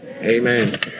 amen